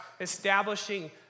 establishing